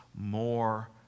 more